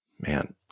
Man